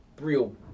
real